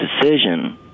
decision